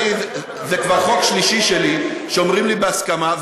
זה כבר חוק שלישי שלי שאומרים לי: בהסכמה.